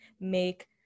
make